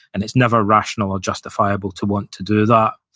and it's never rational or justifiable to want to do that.